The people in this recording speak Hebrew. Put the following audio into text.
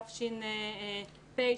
תש"ף,